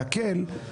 להקל,